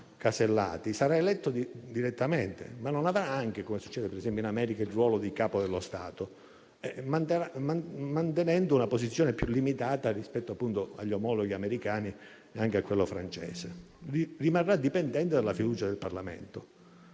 sarà eletto direttamente, ma non avrà anche, come succede per esempio in America, la funzione di Capo dello Stato, mantenendo un ruolo più limitato rispetto agli omologhi americani e anche a quello francese; rimarrà inoltre dipendente dalla fiducia del Parlamento.